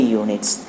units